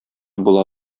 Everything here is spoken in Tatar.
була